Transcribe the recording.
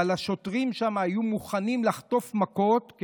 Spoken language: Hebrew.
אבל השוטרים שם היו מוכנים לחטוף מכות,